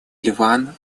ливан